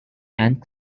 and